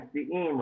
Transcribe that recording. נשיאים,